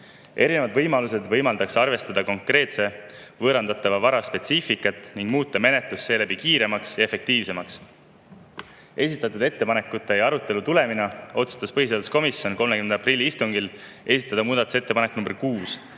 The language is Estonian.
Erinevad võimalused võimaldaks arvestada konkreetse võõrandatava vara spetsiifikat ning muuta menetlus seeläbi kiiremaks ja efektiivsemaks. Esitatud ettepanekute ja arutelude tulemusena otsustas põhiseaduskomisjon 30. aprilli istungil esitada muudatusettepaneku nr 6,